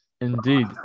indeed